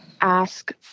ask